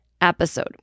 episode